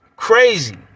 crazy